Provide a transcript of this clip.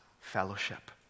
fellowship